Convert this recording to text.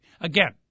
Again